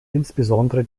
insbesondere